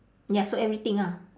ya so everything ah